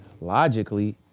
Logically